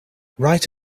write